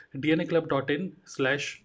dnaclub.in/slash